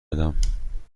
بدم